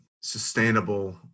sustainable